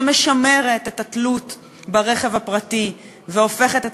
שמשמרת את התלות ברכב הפרטי והופכת את